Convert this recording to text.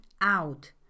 out